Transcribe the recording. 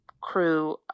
crew